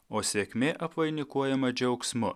o sėkmė apvainikuojama džiaugsmu